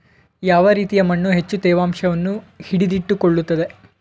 ಯಾವ ರೀತಿಯ ಮಣ್ಣು ಹೆಚ್ಚು ತೇವಾಂಶವನ್ನು ಹಿಡಿದಿಟ್ಟುಕೊಳ್ಳುತ್ತದೆ?